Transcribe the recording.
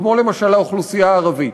כמו למשל האוכלוסייה הערבית,